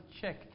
check